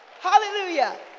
hallelujah